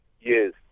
Yes